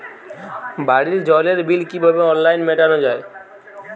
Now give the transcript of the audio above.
বাড়ির জলের বিল কিভাবে অনলাইনে মেটানো যায়?